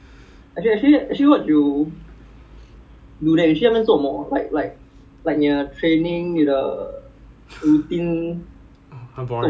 okay lah actually first week is first week 跟其他的 week 有点不一样 因为 first week right they scared we like fall down ah we like too fat too heavy lah